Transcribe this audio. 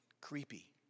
creepy